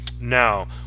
Now